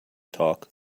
talk